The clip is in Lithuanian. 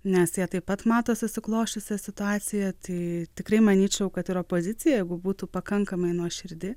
nes jie taip pat mato susiklosčiusią situaciją tai tikrai manyčiau kad ir opozicija jeigu būtų pakankamai nuoširdi